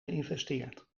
geïnvesteerd